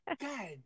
God